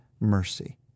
mercy